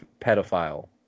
pedophile